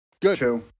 Good